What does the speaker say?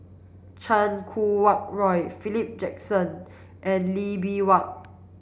Chan Kum Wah Roy Philip Jackson and Lee Bee Wah